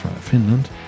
Finland